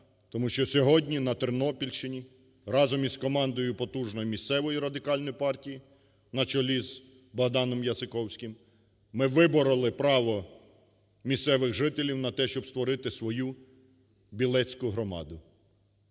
тому що сьогодні на Тернопільщині разом із командою потужною місцевою Радикальної партії на чолі з Богданом Яциковським ми вибороли право місцевих жителів на те, щоб створити свою білецьку громаду.